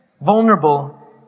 vulnerable